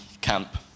camp